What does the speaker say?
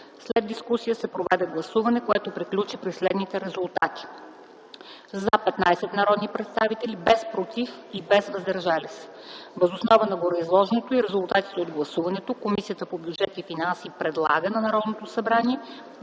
След дискусията се проведе гласуване, което приключи при следните резултати: „за” – 15 народни представители, без „против” и „въздържали се”. Въз основа на гореизложеното и резултатите от гласуването, Комисията по бюджет и финанси предлага на Народното събрание